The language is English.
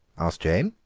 asked jane.